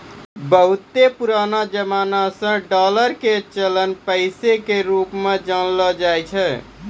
बहुते पुरानो जमाना से डालर के चलन पैसा के रुप मे जानलो जाय छै